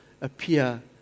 appear